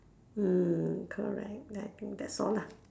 mm correct then I think that's all lah